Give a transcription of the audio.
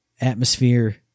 atmosphere